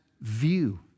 view